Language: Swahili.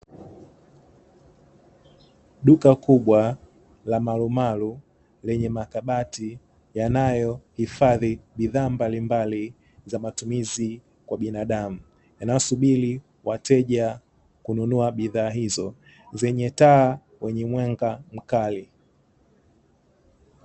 Duka kubwa la marumaru lenye makabati yanayohifadhi bidhaa mbalimbali za matumizi kwa binadamu, yanayosubiri wateja kununua bidhaa hizo zenye taa wenye mwanga mkali.